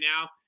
now